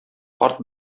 карт